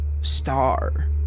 Star